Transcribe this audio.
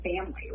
family